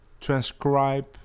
transcribe